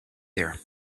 there